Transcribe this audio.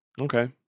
Okay